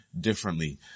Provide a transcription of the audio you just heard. differently